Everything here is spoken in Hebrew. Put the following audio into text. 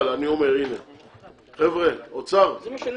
אבל אני אומר, אוצר, בבקשה.